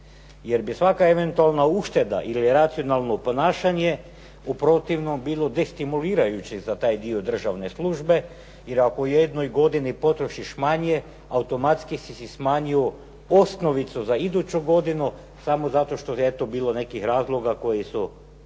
jer bi svaka eventualna ušteda ili racionalno ponašanje u protivnom bilo destimulirajuće za taj dio državne službe. Jer, ako u jednoj godini potrošiš manje automatski si si smanjio osnovicu za iduću godinu samo zato što je eto bilo nekih razloga koji su